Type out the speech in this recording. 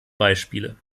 beispiele